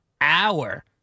hour—